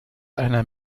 einer